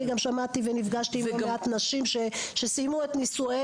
אני גם שמעתי ונפגשתי עם לא מעט נשים שסיימו את נישואיהן,